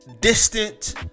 distant